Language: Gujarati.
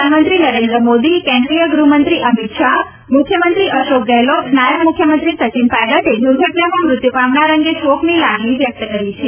પ્રધાનમંત્રી નરેન્દ્ર મોદી કેન્દ્રીય ગૃહમંત્રી અમીત શાહ મુખ્યમંત્રી અશોક ગેહલોત નાયબ મુખ્યમંત્રી સચીન પાયલોટે દુર્ઘટનામાં મૃત્યુ પામનાર અંગે શોકની લાગણી વ્યક્ત કરી છે